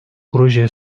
proje